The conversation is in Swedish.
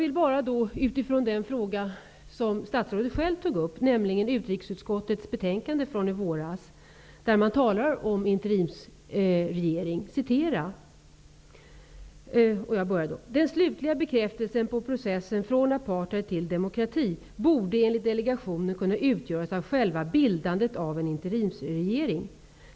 Med anledning av den fråga som statsrådet själv tog upp vill jag citera utrikesutskottets betänkande från i våras i vilket det talas om interimsregering: Den slutliga bekräftelsen på processen från apartheid till demokrati borde enligt delegationen kunna utgöras av själva bildandet av en interimsregering.